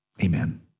amen